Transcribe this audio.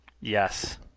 Yes